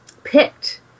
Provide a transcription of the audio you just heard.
picked